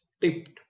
tipped